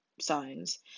signs